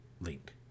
Link